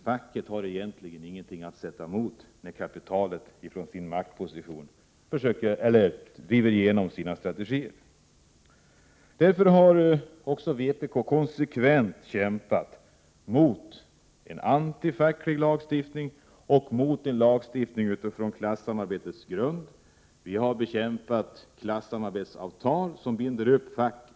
Facket har egentligen inget att sätta emot, när kapitalet från sin maktposition driver igenom sina strategier. Vpk har konsekvent kämpat mot en antifacklig lagstiftning och mot en lagstiftning som grundar sig på klassamarbete. Vi har bekämpat klassamarbetsavtal som binder upp facket.